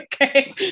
okay